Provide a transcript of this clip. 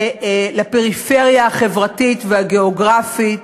לפריפריה החברתית והגיאוגרפית.